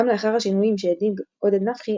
גם לאחר השינויים שהנהיג עודד נפחי,